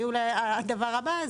והיא אולי הדבר הבא,